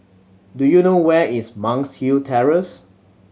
do you know where is Monk's Hill Terrace